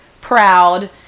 proud